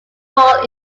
fall